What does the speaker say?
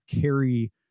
carry